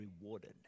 rewarded